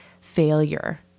failure